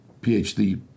PhD